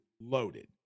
loaded